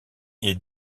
est